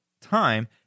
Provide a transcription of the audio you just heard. time